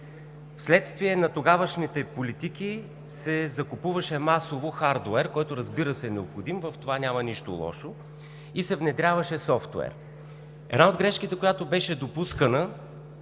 Вследствие на тогавашните политики се закупуваше масово хардуер, който, разбира се, е необходим, в това няма нищо лошо, и се внедряваше софтуер. Една от грешките, която беше допускана